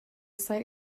site